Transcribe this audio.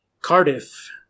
Cardiff